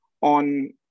on